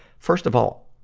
first of all,